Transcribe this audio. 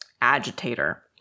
agitator